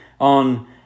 on